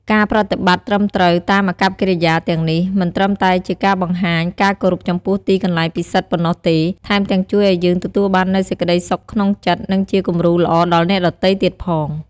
ការប្រតិបត្តិត្រឹមត្រូវតាមអាកប្បកិរិយាទាំងនេះ មិនត្រឹមតែជាការបង្ហាញការគោរពចំពោះទីកន្លែងពិសិដ្ឋប៉ុណ្ណោះទេ ថែមទាំងជួយឲ្យយើងទទួលបាននូវសេចក្តីសុខក្នុងចិត្ត និងជាគំរូល្អដល់អ្នកដទៃទៀតផង។